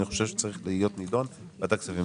אני חושב שצריך להיות נדון בוועדת הכספים.